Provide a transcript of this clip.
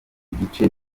gice